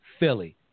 Philly